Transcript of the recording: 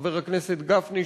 חבר הכנסת גפני,